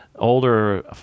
older